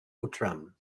outram